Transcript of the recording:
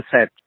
set